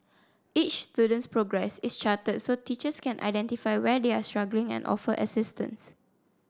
each student's progress is charted so teachers can identify where they are struggling and offer assistance